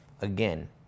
Again